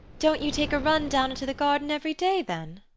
don't you take a run down into the garden every day, then?